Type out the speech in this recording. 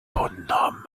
bonhomme